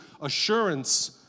assurance